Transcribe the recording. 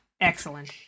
Excellent